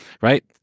right